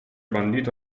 bandito